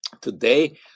Today